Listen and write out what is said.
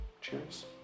Cheers